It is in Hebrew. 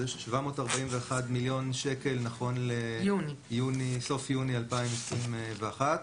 זה 741 מיליון שקל נכון לסוף יוני 2021,